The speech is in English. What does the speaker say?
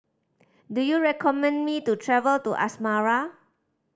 do you recommend me to travel to Asmara